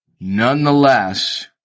Nonetheless